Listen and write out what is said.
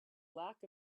lack